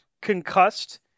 concussed